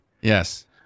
Yes